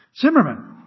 Zimmerman